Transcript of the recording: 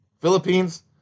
Philippines